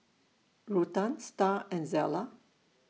Ruthann Starr and Zella